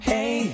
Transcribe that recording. Hey